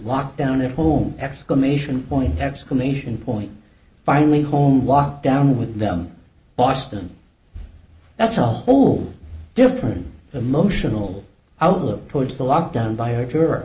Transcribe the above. locked down at home exclamation point exclamation point finally home lockdown with them boston that's a whole different emotional outlook towards the lock down by a